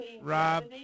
Rob